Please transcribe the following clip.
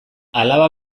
alaba